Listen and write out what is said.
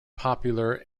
popular